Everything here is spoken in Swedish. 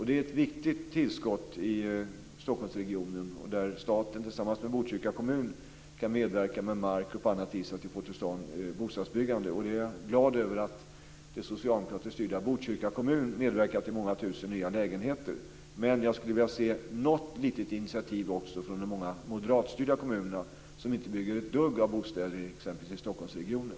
Det är ett viktigt tillskott i Stockholmsregionen där staten tillsammans med Botkyrka kommun kan bidra med mark och medverka på annat sätt så att vi får till stånd ett bostadsbyggande. Jag är glad över att det socialdemokratiskt styrda Botkyrka kommun medverkar till många tusen nya lägenheter. Men jag skulle vilja se något litet initiativ också från de många moderatstyrda kommunerna som inte bygger några bostäder alls, t.ex. i Stockholmsregionen.